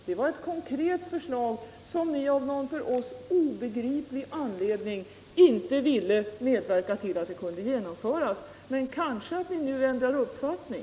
Det var ett konkret förslag, som ni av någon för oss obegriplig anledning inte ville medverka till att det kunde genomföras. Men kanske ni nu skulle kunna ändra uppfattning.